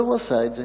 והוא עשה את זה.